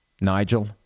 Nigel